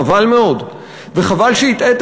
בחרת להתייחס